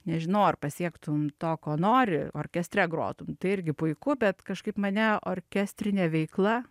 nežinau ar pasiektum to ko nori orkestre grotum tai irgi puiku bet kažkaip mane orkestrinė veikla